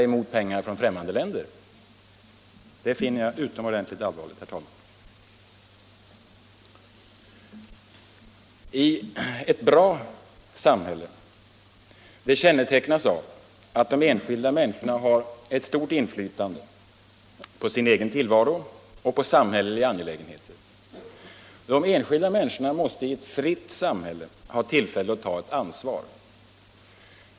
Det finner jag utomordentligt allvarligt, herr talman. Ett bra samhälle kännetecknas av att de enskilda människorna har ett stort inflytande på sin egen tillvaro och på samhälleliga angelägenheter. De enskilda människorna måste i ett fritt. samhälle ha tillfälle att ta ett ansvar.